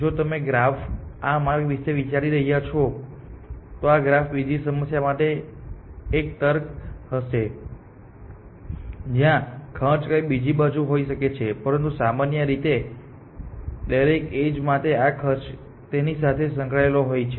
જો તમે ગ્રાફમાં આ માર્ગ વિશે વિચારી રહ્યા છો તો આ ગ્રાફ બીજી સમસ્યા માટે એક તર્ક હશે જ્યાં ખર્ચ કંઈક બીજું હોઈ શકે છે પરંતુ સામાન્ય રીતે દરેક એજ માટે આ ખર્ચ તેની સાથે સંકળાયેલો હોય છે